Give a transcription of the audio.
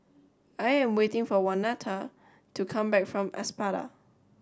I am waiting for Waneta to come back from Espada